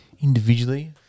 individually